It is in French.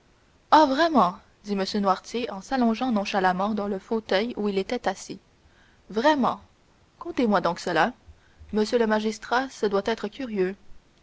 ah vraiment dit m noirtier en s'allongeant nonchalamment dans le fauteuil où il était assis vraiment contez-moi donc cela monsieur le magistrat ce doit être curieux